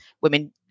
women